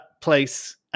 place